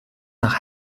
nach